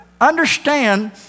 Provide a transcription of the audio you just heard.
understand